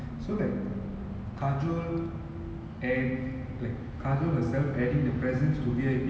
இத பாக்குரதுக்கு:itha paakurathuku like அது ஒங்களுக்கு அவங்க ஒரு villain ongaluku avanga oru villan role ah வந்தாங்களா:vanthaangalaa so it really made the movie a lot better